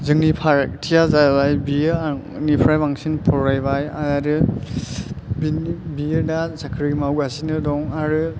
जोंनि फारागथिया जायैबाय बियो आंनिफ्राय बांसिन फरायबाय आरो बिनि बियो दा साख्रि मावगासिनो दं आरो